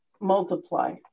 multiply